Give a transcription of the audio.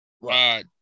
Right